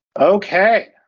Okay